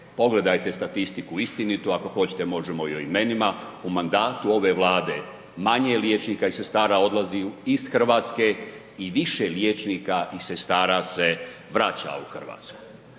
pogledajte statistiku istinitu, ako hoćete možemo i o imenima. U mandatu ove Vlade manje liječnika i sestara odlazi iz Hrvatske i više liječnika i sestara se vraća u Hrvatsku.